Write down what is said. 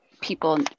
people